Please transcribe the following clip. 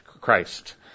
Christ